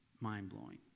Mind-blowing